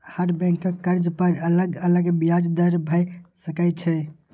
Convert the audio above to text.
हर बैंकक कर्ज पर अलग अलग ब्याज दर भए सकै छै